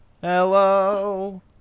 Hello